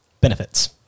benefits